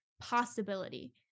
possibility